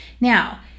Now